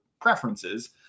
preferences